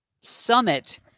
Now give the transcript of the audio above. summit